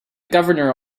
governor